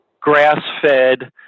grass-fed